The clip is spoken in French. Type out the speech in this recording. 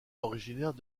originaires